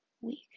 Week